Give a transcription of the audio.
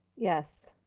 yes.